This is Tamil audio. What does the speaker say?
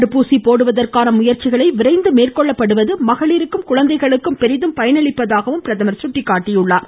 தடுப்பூசி போடுவதற்கான முயற்சிகள் விரைந்து மேற்கொள்ளப்படுவது மகளிருக்கும் குழந்தைகளுக்கும் பெரிதும் பயனளிப்பதாகவும் சுட்டிக்காட்டினார்